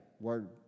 word